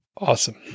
Awesome